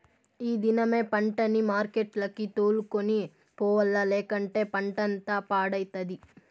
ఈ దినమే పంటని మార్కెట్లకి తోలుకొని పోవాల్ల, లేకంటే పంటంతా పాడైతది